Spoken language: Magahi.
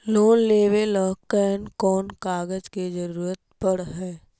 लोन लेबे ल कैन कौन कागज के जरुरत पड़ है?